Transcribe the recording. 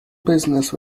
business